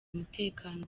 umutekano